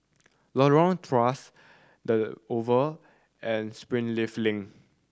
Lorong Tawas The Oval and Springleaf Link